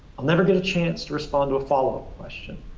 i'll never get a chance to respond to a follow-up question.